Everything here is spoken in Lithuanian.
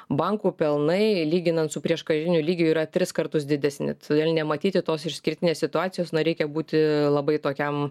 bankų pelnai lyginant su prieškariniu lygiu yra tris kartus didesni todėl nematyti tos išskirtinės situacijos na reikia būti labai tokiam